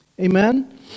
Amen